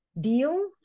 deal